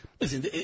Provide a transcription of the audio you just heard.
Listen